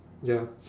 ya